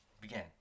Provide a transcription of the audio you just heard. begin